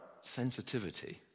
sensitivity